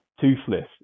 toothless